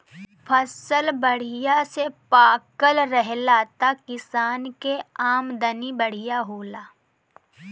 फसल बढ़िया से पाकल रहेला त किसान के आमदनी बढ़िया होला